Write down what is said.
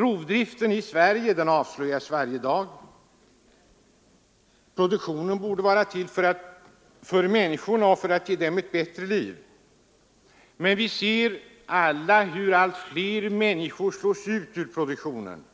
Rovdriften i Sverige avslöjas mer för varje dag. Produktionen borde vara till för människorna för att ge dem ett bättre liv. Men vi ser alla hur allt fler slås ut ur produktionen,